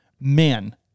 man